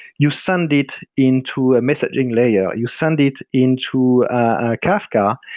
you send it into a messaging layer. you send it into ah kafka,